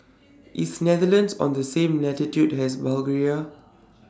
IS Netherlands on The same latitude as Bulgaria